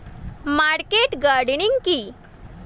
Market gardening কি?